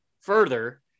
further